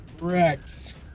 Rex